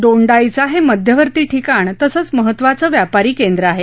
दोंडाईचा हे मध्यवर्ती ठिकाण तसंच महत्वाचं व्यापारी केंद्र आहे